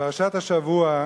בפרשת השבוע,